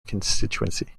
constituency